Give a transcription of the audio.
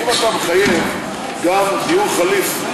אם אתה מחייב גם דיור חליף,